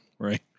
Right